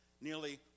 Nearly